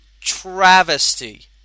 travesty